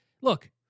Look